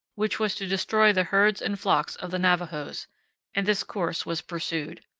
which was to destroy the herds and flocks of the navajos and this course was pursued.